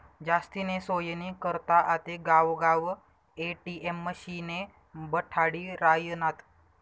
जास्तीनी सोयनी करता आते गावगाव ए.टी.एम मशिने बठाडी रायनात